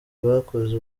bakoze